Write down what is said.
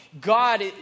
God